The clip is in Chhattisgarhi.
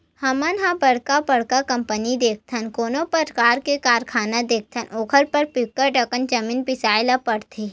हमन ह बड़का बड़का कंपनी देखथन, कोनो परकार के कारखाना देखथन ओखर बर बिकट अकन जमीन बिसाए ल परथे